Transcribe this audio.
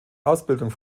ausbildung